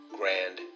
Grand